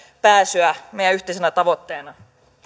pääsyä meidän yhteisenä tavoitteenamme